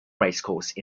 racecourse